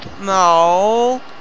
No